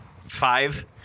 Five